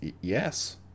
Yes